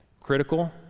critical